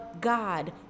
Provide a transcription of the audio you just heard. God